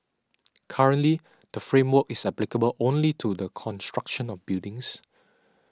currently the framework is applicable only to the construction of buildings